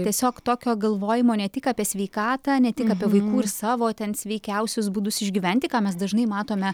tiesiog tokio galvojimo ne tik apie sveikatą ne tik apie vaikų ir savo ten sveikiausius būdus išgyventi ką mes dažnai matome